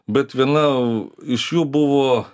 bet viena iš jų buvo